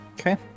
okay